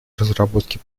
разработке